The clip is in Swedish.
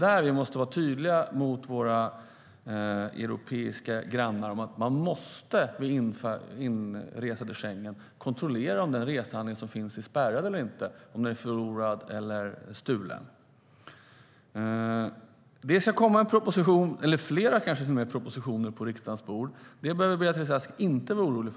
Här måste vi vara tydliga mot våra europeiska grannar med att de vid inresa i Schengen måste kontrollera om passet är spärrat på grund av förlust eller stöld. För det tredje ska regeringen lägga en eller kanske flera propositioner på riksdagens bord. Beatrice Ask behöver inte vara orolig.